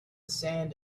sand